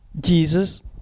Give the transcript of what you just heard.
Jesus